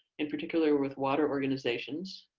in particular with water organizations.